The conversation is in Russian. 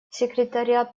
секретариат